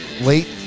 late